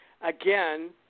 again